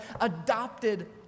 adopted